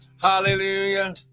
Hallelujah